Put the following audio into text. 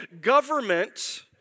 government